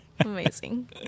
Amazing